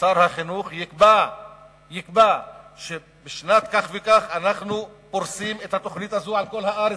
ששר החינוך יקבע שבשנת כך וכך אנחנו פורסים את התוכנית הזאת על כל הארץ.